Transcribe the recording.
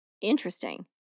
Interesting